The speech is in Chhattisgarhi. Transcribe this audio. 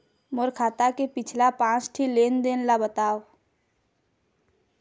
मोर खाता के पिछला पांच ठी लेन देन ला बताव?